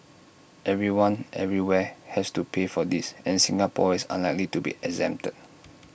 everyone everywhere has to pay for this and Singapore is unlikely to be exempted